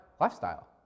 lifestyle